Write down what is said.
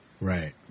Right